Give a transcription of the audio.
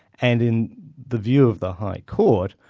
and in the view of the high court,